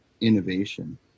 innovation